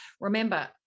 Remember